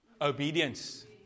Obedience